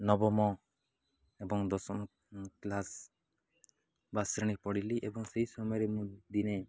ନବମ ଏବଂ ଦଶମ କ୍ଲାସ୍ ବା ଶ୍ରେଣୀ ପଢ଼ିଲି ଏବଂ ସେହି ସମୟରେ ମୁଁ ଦିନେ